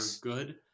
good